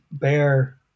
Bear